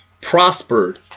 prospered